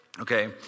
okay